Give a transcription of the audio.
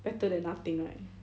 better than nothing right